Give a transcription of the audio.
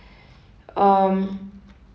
um